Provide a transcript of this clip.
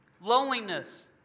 loneliness